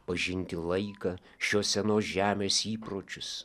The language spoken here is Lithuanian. pažinti laiką šios senos žemės įpročius